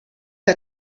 der